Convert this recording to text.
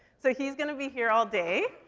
so he's gonna be here all day.